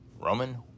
Roman